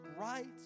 right